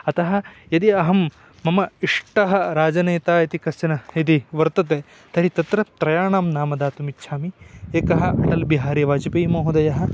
अतः यदि अहं मम इष्टः राजनेता इति कश्चनः यदि वर्तते तर्हि तत्र त्रयाणां नाम दातुमिच्छामि एकः अटल्बिहारिवाजपेयिमहोदयः